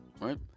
right